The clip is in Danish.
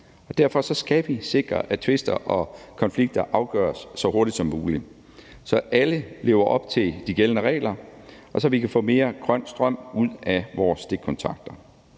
Derfor skal vi sikre, at tvister og konflikter afgøres så hurtigt som muligt, så alle lever op til de gældende regler, og så vi kan få mere grøn strøm ud af vores stikkontakter.